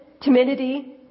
timidity